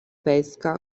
pesca